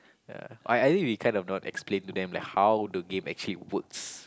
ya I I think we kinda not explain to them like how the games actually works